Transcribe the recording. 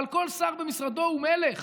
אבל כל שר במשרדו הוא מלך